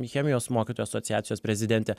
chemijos mokytojų asociacijos prezidentė